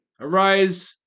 arise